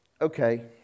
okay